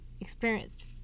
experienced